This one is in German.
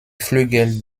flügel